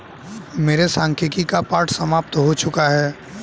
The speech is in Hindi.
मेरे सांख्यिकी का पाठ समाप्त हो चुका है